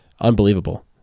Unbelievable